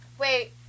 Wait